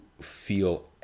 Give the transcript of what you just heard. feel